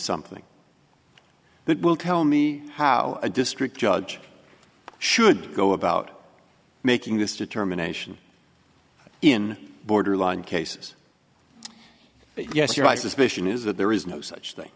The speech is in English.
something that will tell me how a district judge should go about making this determination in borderline cases yes your my suspicion is that there is no such thing